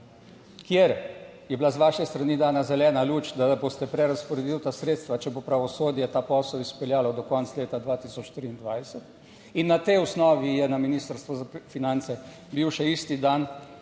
kjer je bila z vaše strani dana zelena luč, da boste prerazporedili ta sredstva, če bo pravosodje ta posel izpeljalo do konca leta 2023, in na tej osnovi je na Ministrstvu za finance bil še isti dan